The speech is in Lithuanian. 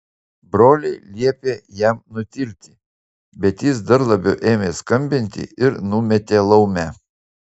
broliai liepė jam nutilti bet jis dar labiau ėmė skambinti ir numetė laumę